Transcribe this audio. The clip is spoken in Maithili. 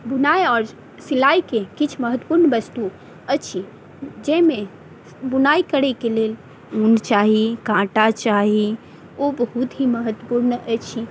बुनाइ आओर सिलाइके किछु महत्वपूर्ण वस्तु अछि जाहिमे बुनाइ करैके लेल ऊन चाही काँटा चाही ओ बहुत ही महत्वपूर्ण अछि